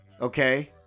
okay